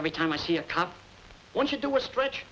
every time i see a cop once you do what stretch